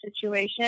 situation